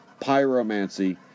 pyromancy